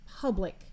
public